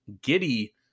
giddy